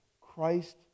Christ